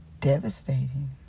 devastating